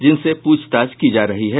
जिनसे पूछताछ की जा रही है